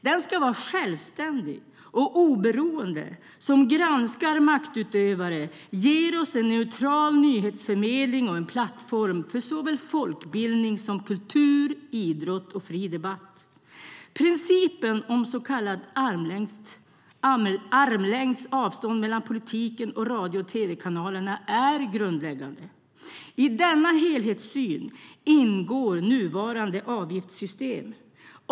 Den ska vara självständig och oberoende och granska maktutövare samt ge oss en neutral nyhetsförmedling och en plattform för såväl folkbildning som kultur, idrott och fri debatt. Principen om så kallad armslängds avstånd mellan politiken och radio och tv-kanalerna är grundläggande. I denna helhetssyn ingår nuvarande avgiftssystem.